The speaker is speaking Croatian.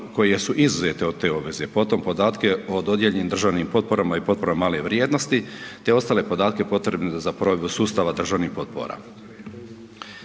koji je izuzet od te obveze. Potom podatke o dodijeljenim državnim potporama i potporama male vrijednosti te ostale podatke potrebne za provedbu sustava državnih potpora.